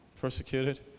persecuted